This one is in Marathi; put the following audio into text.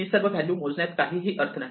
ही सर्व व्हॅल्यू मोजण्यात काही अर्थ नाही